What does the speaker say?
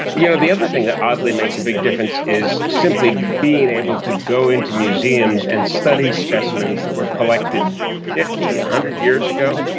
you know the other thing that oddly makes a big difference is simply being able to go into museums and study specimens that were collected fifty, one ah hundred years ago.